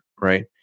right